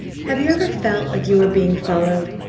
have you ever felt like you were being followed?